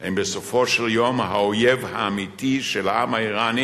הם בסופו של יום האויב האמיתי של העם האירני,